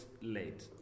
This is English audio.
late